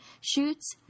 shoots